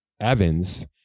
Evans